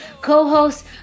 co-host